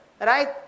right